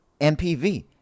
MPV